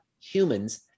humans